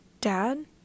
Dad